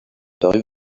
paru